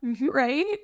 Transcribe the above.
Right